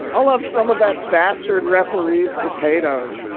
i love some of that bastard referee's potatoes.